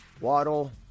Waddle